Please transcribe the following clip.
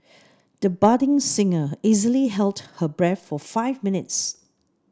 the budding singer easily held her breath for five minutes